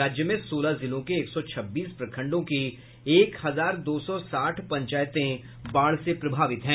राज्य में सोलह जिलों के एक सौ छब्बीस प्रखंडों की एक हजार दो सौ साठ पंचायतें बाढ़ से प्रभावित हैं